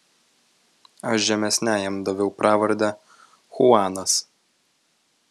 aš žemesniajam daviau pravardę chuanas